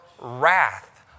wrath